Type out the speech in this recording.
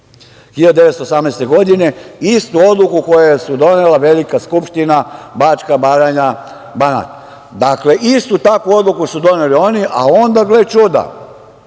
1918. godine, istu odluku koju je donela Velika skupština Bačka-Baranja-Banat. Dakle, istu takvu odluku su doneli oni, a gle čuda,